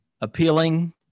appealing